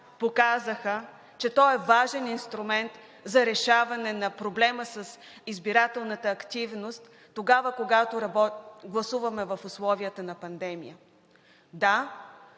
показаха, че той е важен инструмент за решаване на проблема с избирателната активност тогава, когато гласуваме в условията на пандемия. Да,